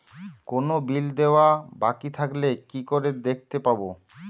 কোনো বিল দেওয়া বাকী থাকলে কি করে দেখতে পাবো?